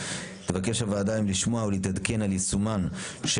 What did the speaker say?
תבקש הוועדה היום לשמוע ולהתעדכן על יישומו של